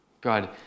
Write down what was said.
God